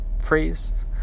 phrase